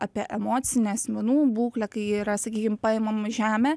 apie emocinę asmenų būklę kai yra sakykim paimama žemė